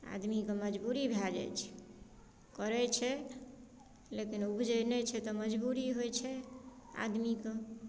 आदमीके मजबूरी भए जाइत छै करैत छै लेकिन उपजैत नहि छै तऽ मजबूरी होइत छै आदमीके